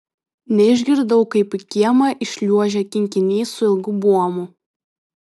neišgirdau kaip į kiemą įšliuožė kinkinys su ilgu buomu